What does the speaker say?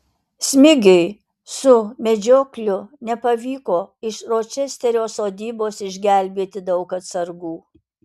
smigiui su medžiokliu nepavyko iš ročesterio sodybos išgelbėti daug atsargų